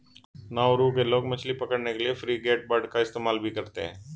Nauru के लोग मछली पकड़ने के लिए फ्रिगेटबर्ड का इस्तेमाल भी करते हैं